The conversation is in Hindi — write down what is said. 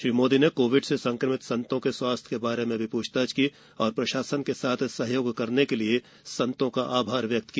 श्री मोदी ने कोविड से संक्रमित संतों के स्वास्थ्य के बारे में भी पूछताछ की और प्रशासन के साथ सहयोग करने के लिए संतों का आभार व्यक्त किया